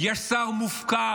יש שר מופקר,